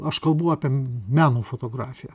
aš kalbu apie meno fotografiją